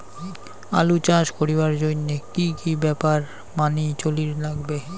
আলু চাষ করিবার জইন্যে কি কি ব্যাপার মানি চলির লাগবে?